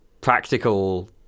practical